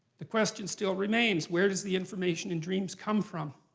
the question still remains where does the information in dreams come from?